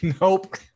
Nope